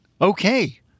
Okay